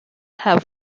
have